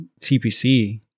TPC